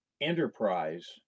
enterprise